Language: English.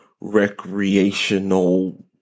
recreational